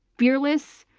fearless,